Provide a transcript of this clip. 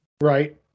Right